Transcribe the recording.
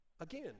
Again